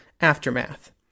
Aftermath